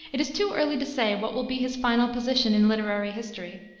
it is too early to say what will be his final position in literary history.